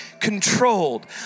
controlled